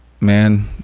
man